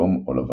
אדום או לבן.